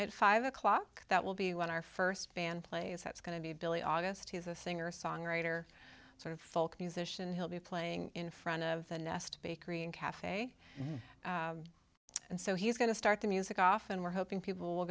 at five o'clock that will be when our first band plays that's going to be billy august he's a singer songwriter sort of folk musician he'll be playing in front of the nest bakery and cafe and so he's going to start the music off and we're hoping people will